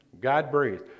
God-breathed